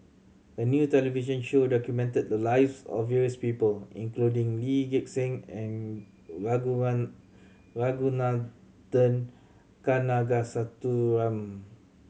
a new television show documented the lives of various people including Lee Gek Seng and Ragunathar Kanagasuntheram